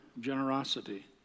generosity